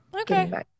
okay